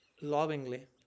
lovingly